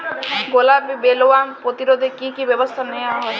গোলাপী বোলওয়ার্ম প্রতিরোধে কী কী ব্যবস্থা নেওয়া হয়?